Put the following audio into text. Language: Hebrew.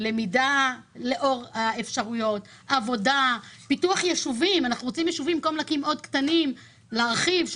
במקום להקים עוד ישובים קטנים אנחנו רוצים להרחיב,